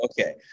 Okay